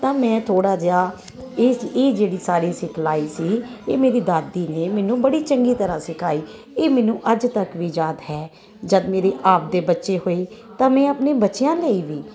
ਤਾਂ ਮੈਂ ਥੋੜਾ ਜਿਹਾ ਏ ਇਹ ਜਿਹੜੀ ਸਾਰੀ ਸਿਖਲਾਈ ਸੀ ਇਹ ਮੇਰੀ ਦਾਦੀ ਨੇ ਮੈਨੂੰ ਬੜੀ ਚੰਗੀ ਤਰਾਂ ਸਿਖਾਈ ਇਹ ਮੈਨੂੰ ਅੱਜ ਤੱਕ ਵੀ ਯਾਦ ਹੈ ਜਦ ਮੇਰੇ ਆਪਦੇ ਬੱਚੇ ਹੋਏ ਤਾਂ ਮੈਂ ਆਪਣੇ ਬੱਚਿਆਂ ਲਈ ਵੀ